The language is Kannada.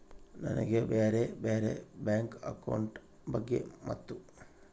ನನಗೆ ಬ್ಯಾರೆ ಬ್ಯಾರೆ ಬ್ಯಾಂಕ್ ಅಕೌಂಟ್ ಬಗ್ಗೆ ಮತ್ತು?